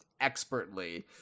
expertly